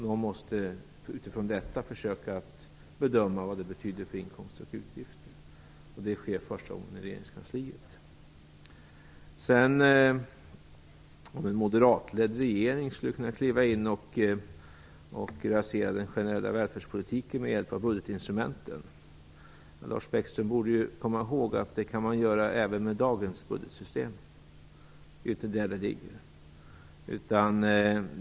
Någon måste utifrån detta försöka bedöma vad det betyder för inkomster och utgifter. Det sker första gången i regeringskansliet. Så till frågan om en moderatledd regering skulle kunna rasera den generella välfärdspolitiken med hjälp av budgetinstrumenten. Lars Bäckström borde komma ihåg att det kan man göra även med dagens budgetsystem.